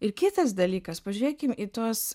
ir kitas dalykas pažiūrėkim į tuos